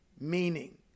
meaning